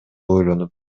ойлонуп